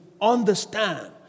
understand